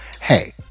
hey